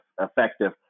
effective